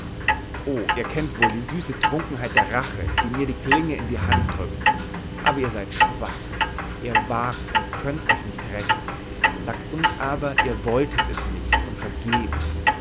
o ihr kennt wohl die süße trunkenheit der rache die mir die klinge in die hand drückt aber ihr seid schwach ihr wagt und könnt euch nicht rächen sagt uns aber ihr wolltet es nicht und vergebt